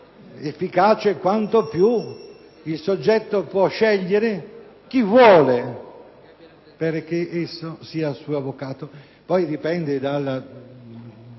efficace quanto più il soggetto può scegliere chi vuole come suo avvocato. Poi dipende dalla